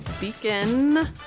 Beacon